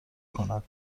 کند